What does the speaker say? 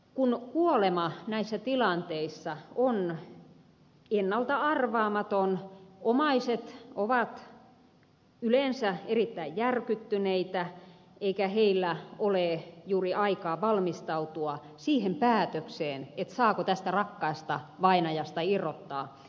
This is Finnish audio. kun kuolema näissä tilanteissa on ennalta arvaamaton omaiset ovat yleensä erittäin järkyttyneitä eikä heillä ole juuri aikaa valmistautua siihen päätökseen saako tästä rakkaasta vainajasta irrottaa elimiä